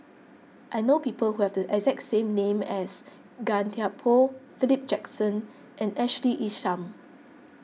I know people who have the exact same name as Gan Thiam Poh Philip Jackson and Ashley Isham